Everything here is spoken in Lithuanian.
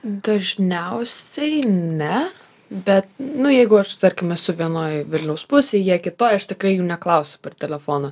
dažniausiai ne bet nu jeigu aš tarkim esu vienoj vilniaus pusėj jie kitoj aš tikrai jų neklausiu per telefoną